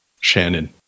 Shannon